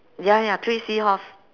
ya ya three seahorse